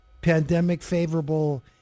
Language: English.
pandemic-favorable